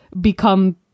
become